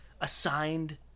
assigned